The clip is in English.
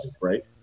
right